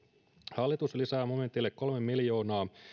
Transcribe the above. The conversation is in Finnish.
hallitus lisää momentille kolme miljoonaa